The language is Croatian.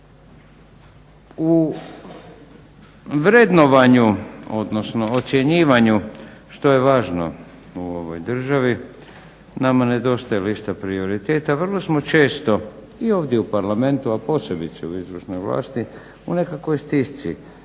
U vrednovanju, odnosno ocjenjivanju što je važno u ovoj državi nama nedostaje lista prioriteta, vrlo smo često i ovdje u Parlamentu, a posebice u izvršnoj vlasti u nekakvoj stisci.